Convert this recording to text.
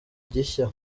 gishya